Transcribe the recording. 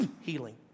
Healing